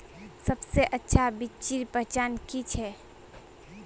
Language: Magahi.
सबसे अच्छा बिच्ची पहचान की छे?